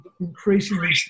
increasingly